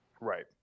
Right